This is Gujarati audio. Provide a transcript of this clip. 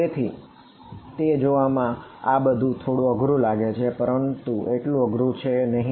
તેથી તે જોવામાં આ બધું થોડું અઘરું લાગે છે પરંતુ તે એટલું અઘરું છે નહિ